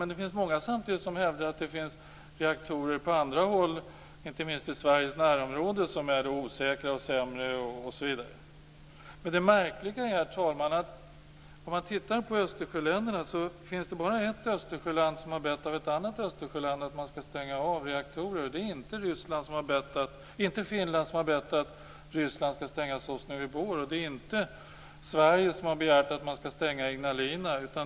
Men samtidigt är det många som hävdar att det finns reaktorer på andra håll, inte minst i Sveriges närområde, som är sämre, osäkrare, osv. Herr talman! När man titta på Östersjöländerna är det märkligt att det bara är ett Östersjöland som har bett ett annat Östersjöland att stänga av reaktorer. Och det är inte Finland som har bett att Ryssland skall stänga Sosnovyj Bor, och det är inte Sverige som har begärt att Litauen skall stänga Ignalina.